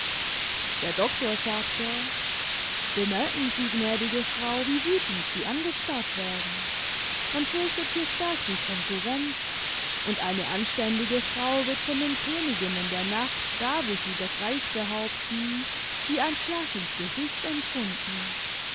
der doktor sagte bemerken sie gnädige frau wie wütend sie angestarrt werden man fürchtet hier stark die konkurrenz und eine anständige frau wird von den königinnen der nacht da wo sie das reich behaupten wie ein schlag ins gesicht empfunden